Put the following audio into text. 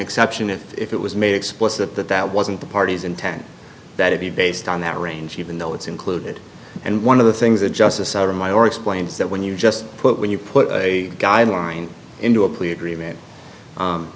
exception if it was made explicit that that wasn't the parties intent that it be based on that range even though it's included and one of the things the justice out of my or explains that when you just put when you put a guideline into a plea agreement